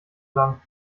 lang